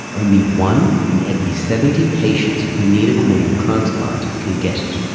only one in every seventy patients who need a corneal transplant can get it.